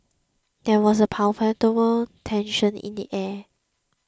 there was a palpable tension in the air